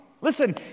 Listen